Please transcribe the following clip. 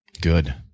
good